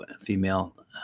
female